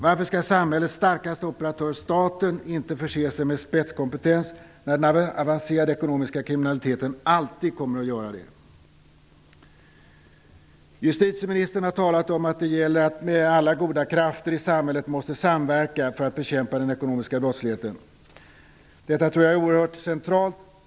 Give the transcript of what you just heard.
Varför skall samhällets starkaste operatör staten inte förse sig med spetskompetens när den avancerade ekonomiska kriminaliteten alltid kommer att göra det? Justitieministern har talat om att det gäller att alla goda krafter i samhället samverkar för att bekämpa den ekonomiska brottsligheten. Detta tror jag är oerhört centralt.